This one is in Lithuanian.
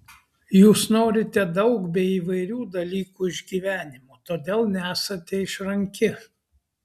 jūs norite daug bei įvairių dalykų iš gyvenimo todėl nesate išranki